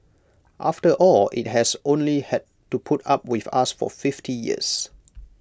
after all IT has only had to put up with us for fifty years